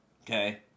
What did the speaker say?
Okay